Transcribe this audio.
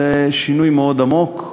זה שינוי מאוד עמוק,